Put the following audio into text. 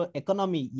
economy